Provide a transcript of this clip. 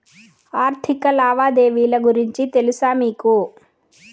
ఆర్థిక లావాదేవీల గురించి తెలుసా మీకు